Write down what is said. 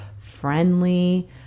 friendly